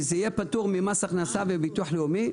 זה יהיה פטור ממס הכנסה בביטוח לאומי,